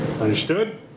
Understood